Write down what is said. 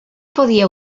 podia